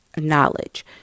knowledge